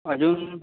अजून